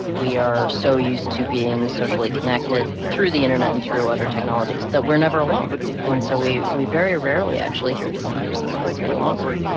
we are so used to being socially connected through the internet and through other technologies that we're never alone. and so we we very rarely actually hear the sound of silence any longer